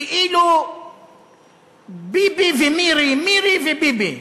כאילו ביבי ומירי, מירי וביבי,